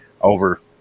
over